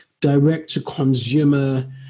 direct-to-consumer